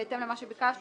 בהתאם למה שביקשת,